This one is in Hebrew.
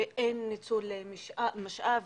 שאין ניצול משאב,